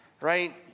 right